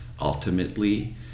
ultimately